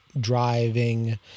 driving